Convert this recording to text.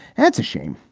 and that's a shame.